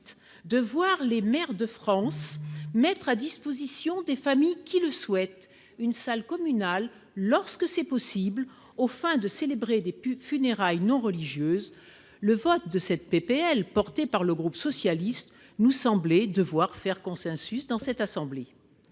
de voir les maires de France, mettre à disposition des familles qui le souhaitent une salle communale lorsque c'est possible, aux fins de célébrer des pubs funérailles non religieuses, le vote de cette PPL porté par le groupe socialiste nous semblait devoir faire consensus dans cette assemblée,